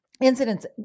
incidents